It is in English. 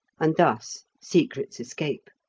and thus secrets escape.